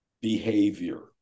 behavior